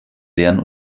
leeren